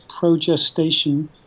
progestation